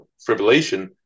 fibrillation